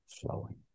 flowing